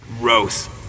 Gross